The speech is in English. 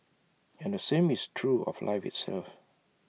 and the same is true of life itself